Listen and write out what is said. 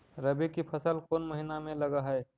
रबी की फसल कोन महिना में लग है?